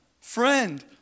friend